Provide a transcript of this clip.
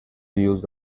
used